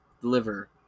deliver